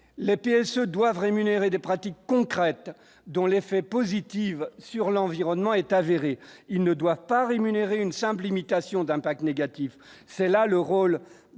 le PSE doivent rémunérer des pratiques concrètes dont l'effet positives sur l'environnement est avérée, il ne doit pas rémunérer une simple imitation d'impact négatif, c'est là le rôle des